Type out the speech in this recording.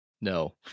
No